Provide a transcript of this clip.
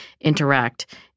interact